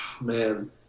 man